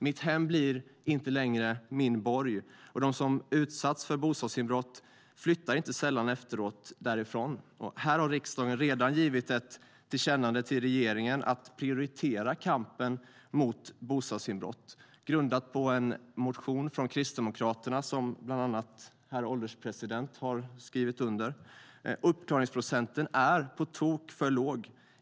Mitt hem är inte längre min borg. De som utsatts för bostadsinbrott flyttar inte sällan därifrån. Här har riksdagen redan givit ett tillkännagivande till regeringen om att prioritera kampen mot bostadsinbrott, grundat på en motion av Kristdemokraterna som bland annat herr ålderspresidenten skrivit under. Uppklaringsprocenten är på tok för låg.